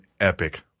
epic